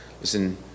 Listen